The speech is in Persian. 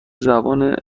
زبان